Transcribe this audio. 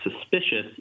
suspicious